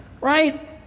Right